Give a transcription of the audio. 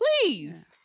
Please